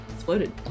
exploded